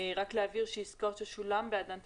רק להבהיר שעסקאות ששולם בעדן תשלום,